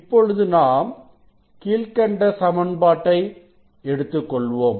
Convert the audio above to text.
இப்பொழுது நாம் கீழ்க்கண்ட சமன்பாட்டை எடுத்துக்கொள்வோம்